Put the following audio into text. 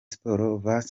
sports